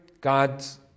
God's